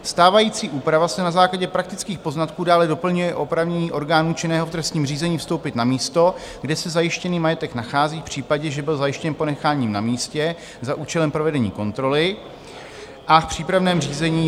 Stávající úprava se na základě praktických poznatků dále doplňuje o oprávnění orgánu činného v trestním řízení vstoupit na místo, kde se zajištěný majetek nachází v případě, že byl zajištěn ponecháním na místě, za účelem provedení kontroly a v přípravném řízení...